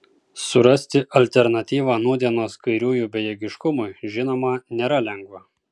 surasti alternatyvą nūdienos kairiųjų bejėgiškumui žinoma nėra lengva